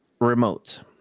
remote